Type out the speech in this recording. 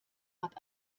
hat